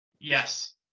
yes